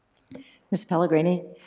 ms. pellegrini?